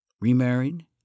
remarried